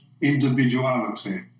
individuality